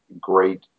great